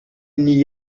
n’y